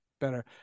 better